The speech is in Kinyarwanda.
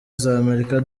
z’amerika